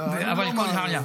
אבל כל העולם --- לא,